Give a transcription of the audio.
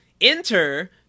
enter